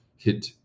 hit